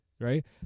right